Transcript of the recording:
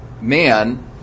man